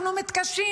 אנחנו מתקשים,